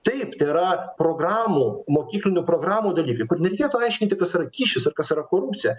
taip tai yra programų mokyklinių programų dalykai kur nereikėtų aiškinti kas yra kyšis ir kas yra korupcija